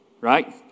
right